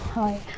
হয়